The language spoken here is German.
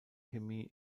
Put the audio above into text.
chemie